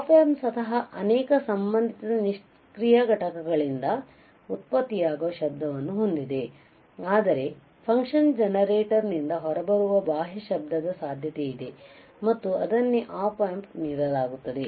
app amp ಸ್ವತಃ ಅನೇಕ ಸಂಬಂಧಿತ ನಿಷ್ಕ್ರಿಯ ಘಟಕಗಳಿಂದ ಉತ್ಪತ್ತಿಯಾಗುವ ಶಬ್ದವನ್ನು ಹೊಂದಿದೆ ಆದರೆ ಫಂಕ್ಷನ್ ಜನರೇಟರ್ನಿಂದ ಹೊರಬರುವ ಬಾಹ್ಯ ಶಬ್ದದ ಸಾಧ್ಯತೆಯಿದೆ ಮತ್ತು ಅದನ್ನೇ ಆಪ್ ಆಂಪ್ ಗೆ ನೀಡಲಾಗುತ್ತದೆ